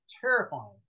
terrifying